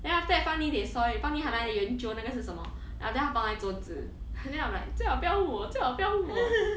then after that fan yi they saw it fan yi 他那里研究那个是什么 then after that 他放在桌子 then I'm like 最好不要问我最好不要问我